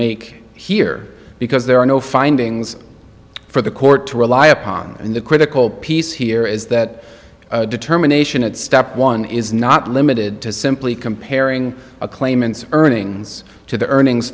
make here because there are no findings for the court to rely upon and the critical piece here is that determination at step one is not limited to simply comparing a claimant's earnings to the earnings